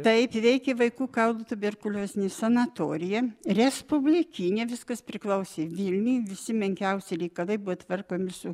taip veikė vaikų kaulų tuberkuliozinė sanatorija respublikinė viskas priklausė vilniuj visi menkiausi reikalai buvo tvarkomi su